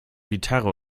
gitarre